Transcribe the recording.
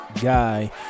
guy